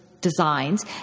designs